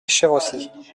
chevresis